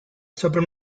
sopra